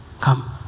come